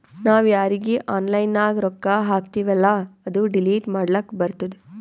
ನಾವ್ ಯಾರೀಗಿ ಆನ್ಲೈನ್ನಾಗ್ ರೊಕ್ಕಾ ಹಾಕ್ತಿವೆಲ್ಲಾ ಅದು ಡಿಲೀಟ್ ಮಾಡ್ಲಕ್ ಬರ್ತುದ್